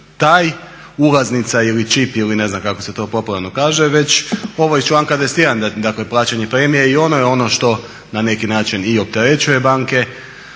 ulaznica ili čip ili ne znam kako se to popularno kaže već ovo iz članka 21 dakle plaćanje premije i ono je ono što na neki način i opterećuje banke